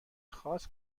خاص